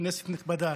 כנסת נכבדה,